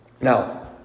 Now